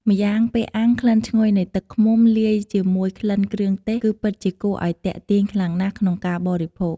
ម្យ៉ាងពេលអាំង ក្លិនឈ្ងុយនៃទឹកឃ្មុំលាយជាមួយក្លិនគ្រឿងទេស គឺពិតជាគួរឱ្យទាក់ទាញខ្លាំងណាស់ក្នុងការបរិភោគ។